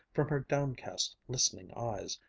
from her downcast, listening eyes,